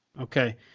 okay